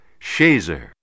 Shazer